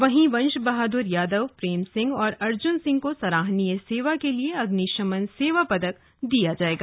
वहीं वंशबहादुर यादव प्रेम सिंह और अर्जुन सिंह को सराहनीय सेवा के लिए अग्निशमन सेवा पदक दिया जाएगा